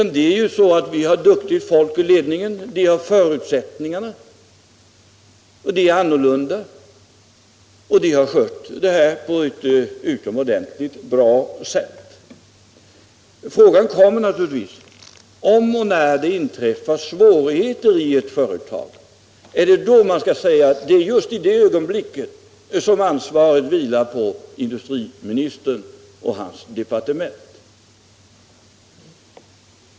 Det är ju så att det finns duktigt folk i ledningen och förutsättningarna för ett bra resultat av verksamheten är goda. De möjligheterna har utnyttjats på ett utomordentligt bra sätt. Frågan om ansvaret kommer om och när det inträffar svårigheter i ett företag. Skall man just i den situationen säga att ansvaret vilar på industriministern och hans departement?